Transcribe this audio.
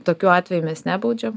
tokiu atveju mes nebaudžiam